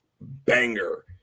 banger